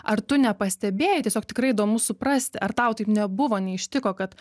ar tu nepastebėjai tiesiog tikrai įdomu suprasti ar tau taip nebuvo neištiko kad